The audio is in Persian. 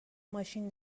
ماشین